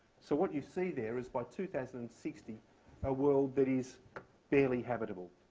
so what you see there is by two thousand and sixty a world that is barely habitable.